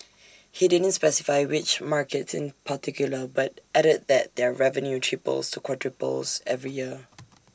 he didn't specify which markets in particular but added that their revenue triples to quadruples every year